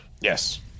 Yes